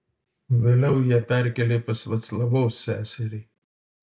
vėliau ją perkėlė pas vaclavos seserį